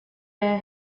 bear